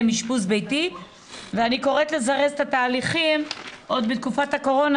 אשפוז ביתי ואני קוראת לזרז את התהליכים עוד בתקופת הקורונה